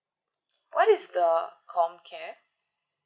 what is the com care